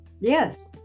Yes